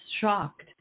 shocked